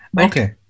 Okay